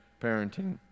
parenting